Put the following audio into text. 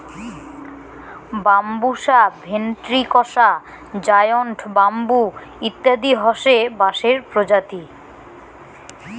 Bambusa ventricosa, giant bamboo ইত্যাদি হসে বাঁশের প্রজাতি